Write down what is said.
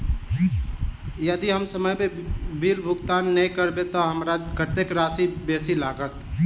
यदि हम समय पर बिल भुगतान नै करबै तऽ हमरा कत्तेक राशि बेसी लागत?